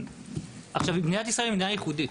עכשיו מדינת ישראל היא מדינה ייחודית